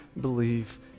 believe